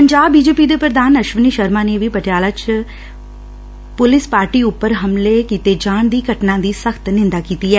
Punjab B J P ਦੇ ਪੁਧਾਨ ਅਸ਼ਵਨੀ ਸ਼ਰਮਾ ਨੇ ਵੀ ਪਟਿਆਲਾ 'ਚ ਪੁਲਿਸ ਪਾਰਟੀ ਉਂਪਰ ਹਮਲੇ ਕੀਤੇ ਜਾਣ ਦੀ ਘਟਨਾ ਦੀ ਸਖਤ ਨਿੰਦਾ ਕੀਤੀ ਏ